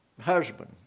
husband